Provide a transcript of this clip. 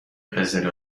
قزل